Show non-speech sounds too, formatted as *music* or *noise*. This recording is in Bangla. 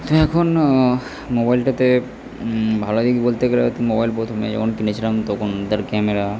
*unintelligible* এখনও মোবাইলটাতে ভালো দিক বলতে গেলে তো মোবাইল প্রথমে যখন কিনেছিলাম তখন তার ক্যামেরা